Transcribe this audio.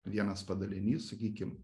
vienas padalinys sakykim